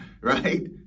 Right